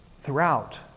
throughout